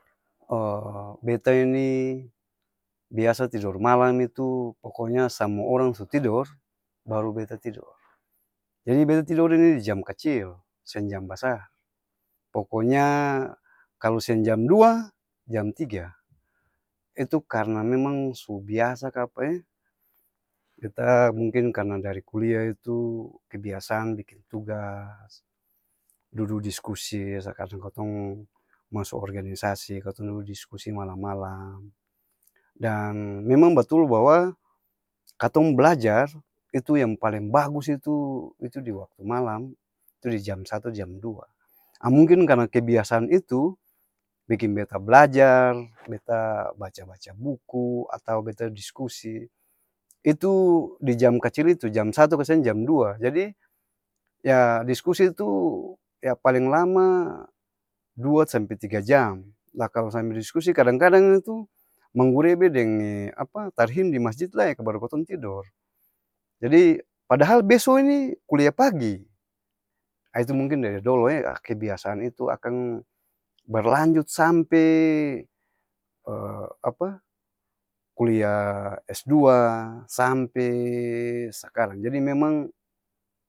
beta ini biasa tidor malam itu poko nya samua orang su tidor baru beta tidor, jadi beta tidor ini di jam kacil, seng jam basar, poko nya kalo seng jam dua, jam tiga itu karna memang su biasa kapa'ee? Beta mungkin karna dari kulia itu, kebiasaan bikin tugas dudu diskusi katong-katong, maso organisasi katong dudu diskusi malam-malam dan memang betul bahwa, katong b'lajar, itu yang paleng bagus itu itu di waktu malam, itu di jam satu jam dua, ah mungkin karna kebiasaan itu, biking beta b'lajar beta baca-baca buku atau beta diskusi, itu di jam kacil itu jam satu ka seng jam dua jadi, yaa diskusi itu, yaa paleng lama dua sampe tiga jam la kalo sampe diskusi kadang-kadang itu, manggurebe deng apa? Tarhim di masjit lae baru katong tidor, jadi padahal beso ini kuliah pagi, aa itu mungkin dari dolo'e kebiasaan itu akang, berlanjut sampeeee apa? Kuliaaa es dua sampeee sakarang jadi memang.